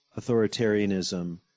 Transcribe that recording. authoritarianism